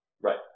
Right